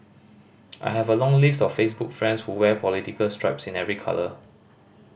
I have a long list of Facebook friends who wear political stripes in every colour